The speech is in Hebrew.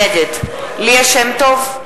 נגד ליה שמטוב,